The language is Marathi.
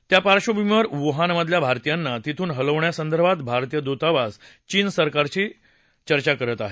त्या पार्वभूमीवर वूहानमधल्या भारतीयांना तिथून हलवण्यासंदर्भात भारतीय दूतावास चीन सरकारशी चर्चा करत आहे